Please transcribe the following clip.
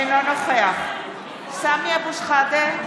אינו נוכח סמי אבו שחאדה,